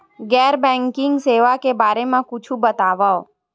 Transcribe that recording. गैर बैंकिंग सेवा के बारे म कुछु बतावव?